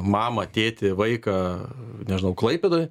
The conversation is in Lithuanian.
mamą tėtį vaiką nežinau klaipėdoj